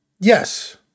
Yes